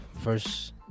first